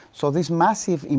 so these massive,